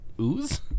ooze